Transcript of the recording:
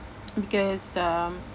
because um